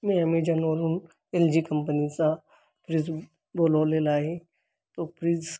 मी अमेजॉनवरून एलजी कंपनीचा फ्रीज बोलवलेला आहे तो फ्रीज